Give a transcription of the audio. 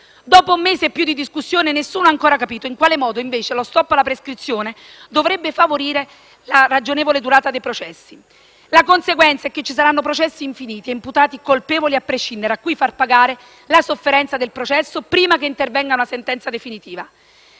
Dopo un mese e più di discussione, nessuno ha ancora capito in quale modo lo *stop* alla prescrizione dovrebbe favorire la ragionevole durata dei processi. La conseguenza è che ci saranno processi infiniti e imputati colpevoli a prescindere, cui far pagare la sofferenza del processo prima che intervenga una sentenza definitiva.